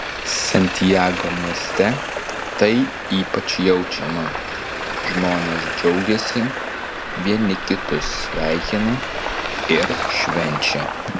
santiago mieste tai ypač jaučiama žmonės džiaugiasi vieni kitus sveikina ir švenčia